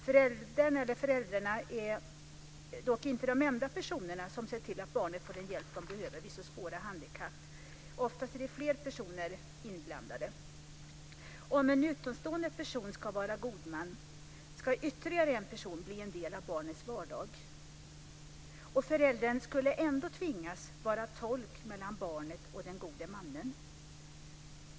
Föräldern eller föräldrarna är dock inte de enda personerna som ser till att barnet får den hjälp det behöver vid så svåra handikapp. Oftast är det fler personer inblandade. Om en utomstående person ska vara god man ska ytterligare en person bli en del av barnets vardag. Föräldern skulle ändå tvingas vara tolk mellan barnet och den gode mannen.